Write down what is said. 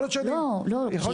חבר'ה,